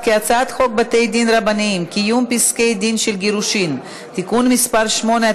חוק בתי-דין רבניים (קיום פסקי-דין של גירושין) (תיקון מס' 8),